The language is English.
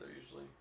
usually